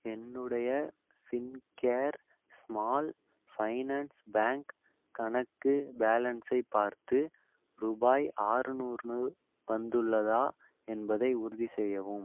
என்னுடைய Fincare small finance bank கணக்கு பேலன்ஸை பார்த்து ரூபாய் ஆறு நூறு வந்துள்ளதா என்பதை உறுதிசெய்யவும்